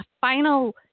Final